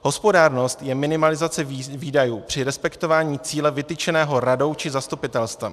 Hospodárnost je minimalizace výdajů při respektování cíle vytyčeného radou či zastupitelstvem.